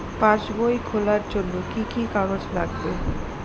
পাসবই খোলার জন্য কি কি কাগজ লাগবে?